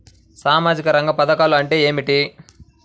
సామాజిక రంగ పధకాలు అంటే ఏమిటీ?